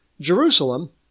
Jerusalem